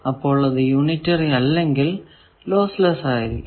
അപ്പോൾ അത് യൂണിറ്ററി അല്ലെങ്കിൽ ലോസ് ലെസ്സ് ആയിരിക്കും